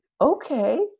Okay